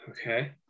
Okay